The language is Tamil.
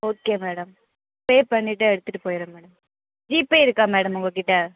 ஓகே மேடம் பே பண்ணிவிட்டு எடுத்துகிட்டு போயிடுறேன் மேடம் ஜிபே இருக்கா மேடம் உங்கள் கிட்டே